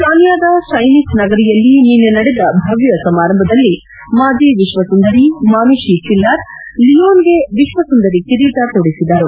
ಸಾನ್ವಾದ Chinese ನಗರೀಯಲ್ಲಿ ನಿನ್ನೆ ನಡೆದ ಭವ್ದ ಸಮಾರಂಭದಲ್ಲಿ ಮಾಜಿ ವಿಶ್ವಸುಂದರಿ ಮಾನುಷಿ ಚಿಲ್ಲಾರ್ ಲಿಯೋನ್ಗೆ ವಿಶ್ವಸುಂದರಿ ಕಿರೀಟ ತೊಡಸಿದರು